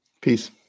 Peace